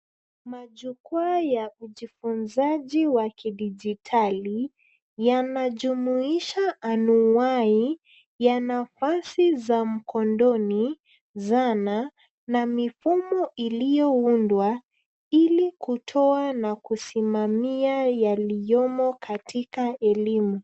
Majukwa ya kujifunza ya kidijitali yanajumuisha anuwai ya nafasi za mkondoni, zana na mifumo iliyo undwa ili kutoa na kusimamia yaliyomo katika elimu.